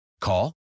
Call